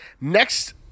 next